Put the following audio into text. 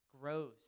grows